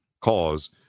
cause